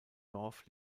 dorf